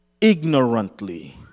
ignorantly